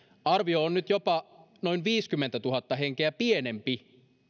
arvio on nyt jopa noin viisikymmentätuhatta henkeä pienempi